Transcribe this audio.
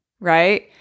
Right